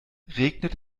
regnet